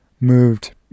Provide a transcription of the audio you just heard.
moved